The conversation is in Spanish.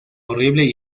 horrible